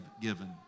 given